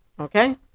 Okay